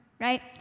right